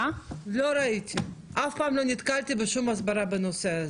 לא ראיתי, אף פעם לא נתקלתי בשום הסברה בנושא הזה.